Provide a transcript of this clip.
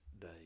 day